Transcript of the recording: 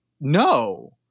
no